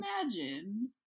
imagine